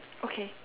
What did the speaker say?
okay